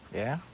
yeah?